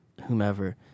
whomever